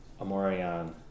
Amorian